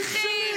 חבר